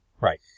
Right